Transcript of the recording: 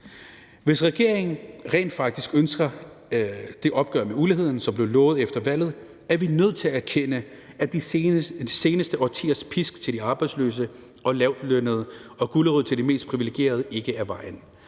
Hvis regeringen rent faktisk ønsker det opgør med uligheden, som blev lovet efter valget, er vi nødt til at erkende, at de seneste årtiers pisk til de arbejdsløse og lavtlønnede og gulerod til de mest privilegerede ikke er vejen.